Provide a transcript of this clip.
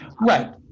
Right